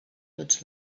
tots